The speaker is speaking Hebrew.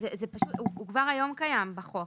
הוא כבר היום קיים בחוק,